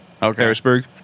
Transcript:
Harrisburg